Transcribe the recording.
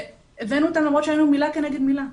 והבאנו אותן למרות שהיינו מילה כנגד מילה,